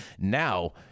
Now